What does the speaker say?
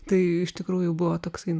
tai iš tikrųjų buvo toksai na